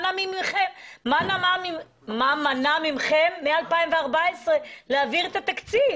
מה מנע מכם מ-2014 להעביר את התקציב?